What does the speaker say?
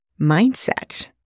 mindset